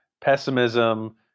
pessimism